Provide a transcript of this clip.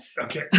Okay